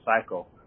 cycle